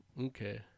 Okay